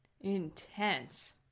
Intense